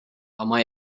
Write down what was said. ama